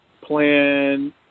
plan